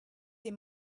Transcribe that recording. des